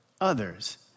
others